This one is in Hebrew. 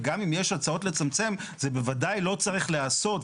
וגם אם יש הצעות לצמצם זה בוודאי לא צריך להיעשות,